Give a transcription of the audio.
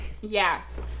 Yes